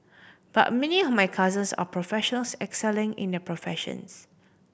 but many of my cousins are professionals excelling in their professions